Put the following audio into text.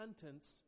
sentence